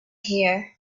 here